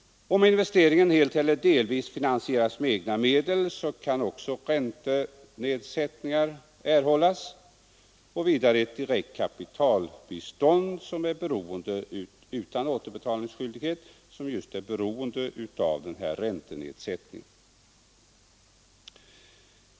Om investeringen helt eller delvis finansieras med egna medel kan räntenedsättningar erhållas och vidare ett direkt kapitalbistånd som icke är återbetalningspliktigt och som är beroende av räntenedsättningen.